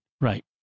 Right